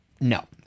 No